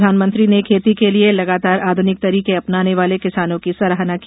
प्रधानमंत्री ने खेती के लिए लगातार आध्निक तरीके अपनाने वाले किसानों की सराहना की